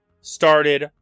started